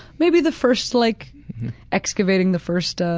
maybe the first like excavating the first